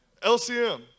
LCM